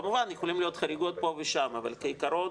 כמובן יכולות להיות חריגות פה ושם, אבל כעיקרון